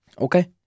Okay